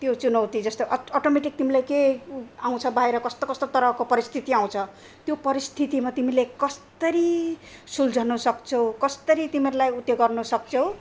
त्यो चुनौती जस्तो अटोमेटिक तिमीले के आउँछ बाहिर कस्तो कस्तो तरहको परिस्थिति आउँछ त्यो परिस्थितिमा तिमीले कस्तरी सुल्झन सक्छौ कस्तरी तिमीहरूलाई उत्यो गर्न सक्छौ